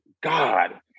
God